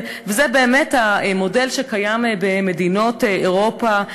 זה באמת המודל שקיים במדינות אירופה.